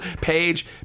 page